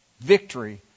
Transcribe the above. victory